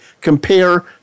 compare